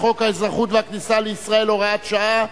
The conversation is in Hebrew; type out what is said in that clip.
תוקפו של חוק האזרחות והכניסה לישראל (הוראת שעה),